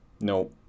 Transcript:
No